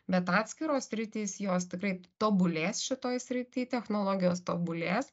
bet atskiros sritys jos tikrai tobulės šitoj srity technologijos tobulės